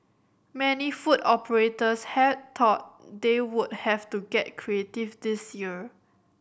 many food operators had thought they would have to get creative this year